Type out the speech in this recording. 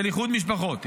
של איחוד משפחות.